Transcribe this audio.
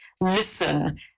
listen